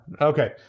okay